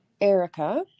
Erica